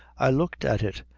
i looked at it,